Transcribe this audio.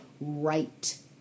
right